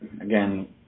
Again